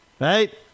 right